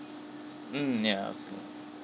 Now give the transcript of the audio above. mm ya okay